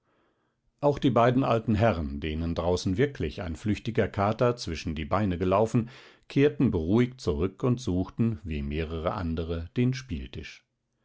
auch die beiden alten herren denen draußen wirklich ein flüchtiger kater zwischen die beine gelaufen kehrten beruhigt zurück und suchten wie mehrere andere den spieltisch